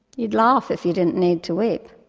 you'd laugh if you didn't need to weep.